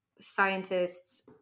scientists